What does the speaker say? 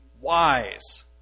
wise